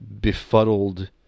befuddled